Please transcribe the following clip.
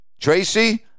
Tracy